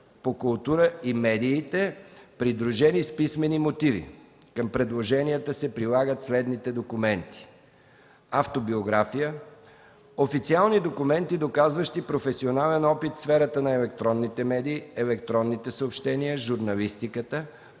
по културата и медиите, придружени с писмени мотиви. Към предложенията се прилагат следните документи: - автобиография; - официални документи, доказващи професионален опит в сферата на електронните медии, електронните съобщения, журналистиката,